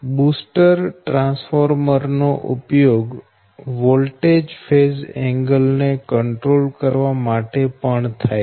booster transformer નો ઉપયોગ voltage phase angle ને કંટ્રોલ કરવા માટે પણ થાય છે